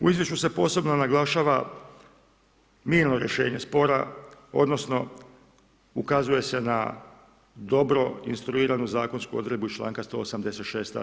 U izvješću se posebno naglašava mirno rješenje spora, odnosno ukazuje se na dobro instruiranu zakonsku odredbu iz čl. 186.